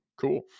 Cool